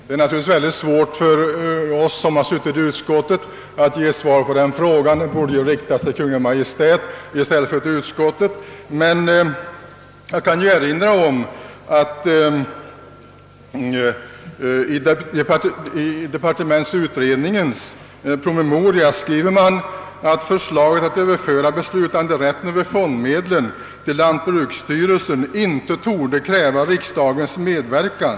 Det är naturligtvis svårt för oss i utskottet att ge svar på den frågan. Den borde riktas till Kungl. Maj:t i stället för till utskottet. Jag kan dock erinra om att man i departementsutredningens promemoria skriver att förslaget att överföra beslutanderätten över fondmedlen till lantbruksstyrelsen inte torde kräva riksdagens medverkan.